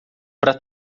para